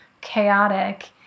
chaotic